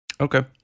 Okay